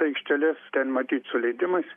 aikšteles ten matyt su leidimais